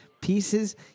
Pieces